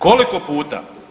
Koliko puta?